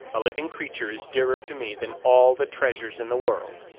living creature is dearer to me than all the treasures in the world.